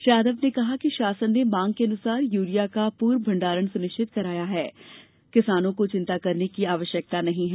श्री यादव ने बताया कि शासन ने माँग के अनुसार यूरिया का पूर्व भण्डारण सुनिश्चित कराया है किसानों को चिन्ता करने की आवश्यकता नहीं है